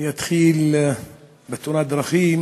אני אתחיל בתאונת דרכים